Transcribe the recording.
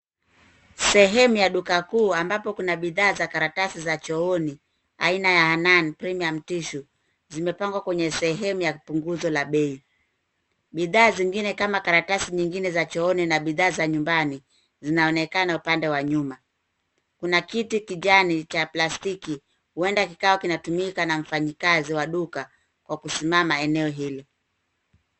Sehemu ya duka kuu ambapo kuna bidhaa za karatasi za chooni aina ya Hanan Premium Tissue. Zimepangwa kwenye sehemu ya punguzo la bei. Bidhaa zingine kama karatasi nyingine za chooni na bidhaa za nyumbani, zinaonekana upande wa nyuma. Kuna kiti kijani cha plastiki, huenda kikawa kinatumika na mfanyikazi wa duka kwa kusimama eneo hilo.